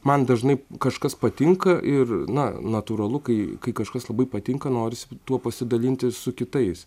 man dažnai kažkas patinka ir na natūralu kai kai kažkas labai patinka norisi tuo pasidalinti su kitais